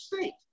state